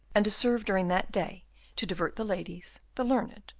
and to serve during that day to divert the ladies, the learned,